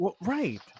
Right